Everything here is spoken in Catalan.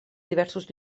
diversos